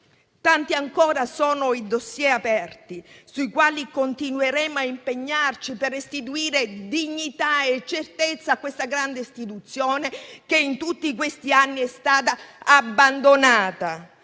Tanti ancora sono i *dossier* aperti, sui quali continueremo a impegnarci per restituire dignità e certezza a questa grande istituzione, che in tutti questi anni è stata abbandonata